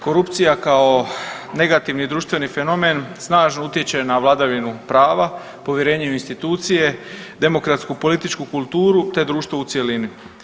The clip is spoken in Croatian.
Korupcija kao negativni društveni fenomen snažno utječe na vladavinu prava, povjerenje u institucije, demokratsku i političku kulturu te društva u cjelini.